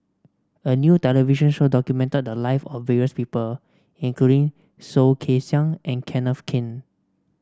a new television show documented the live of various people including Soh Kay Siang and Kenneth Keng